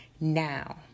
now